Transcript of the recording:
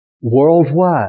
worldwide